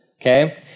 Okay